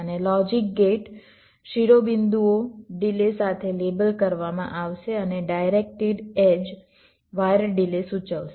અને logic gate શિરોબિંદુઓ delay સાથે લેબલ કરવામાં આવશે અને ડાયરેક્ટેડ એડ્જ વાયર ડિલે સૂચવશે